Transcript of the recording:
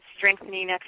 strengthening